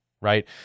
right